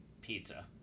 pizza